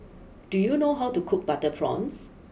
do you know how to cook Butter Prawns